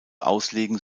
auslegen